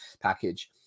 package